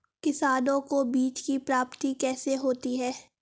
किसानों को बीज की प्राप्ति कैसे होती है?